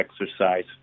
exercise